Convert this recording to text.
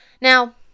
Now